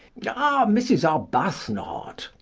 ah, mrs. arbuthnot.